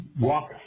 walk